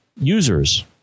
users